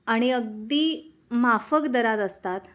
आणि अगदी माफक दरात असतात